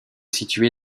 situé